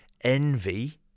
Envy